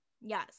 Yes